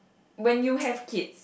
when you have kids